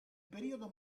periodo